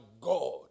God